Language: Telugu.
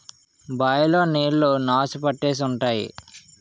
బాయ్ లో నీళ్లు నాసు పట్టేసి ఉంటాయి